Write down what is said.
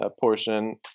portion